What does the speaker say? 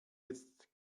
jetzt